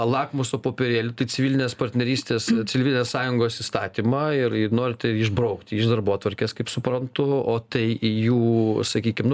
lakmuso popierėlį tai civilinės partnerystės civilės sąjungos įstatymą ir ir norite išbraukti iš darbotvarkės kaip suprantu o tai jų sakykim nu